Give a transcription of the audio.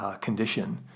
condition